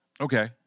Okay